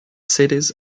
cities